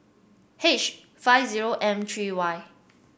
H five zero M three Y